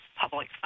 public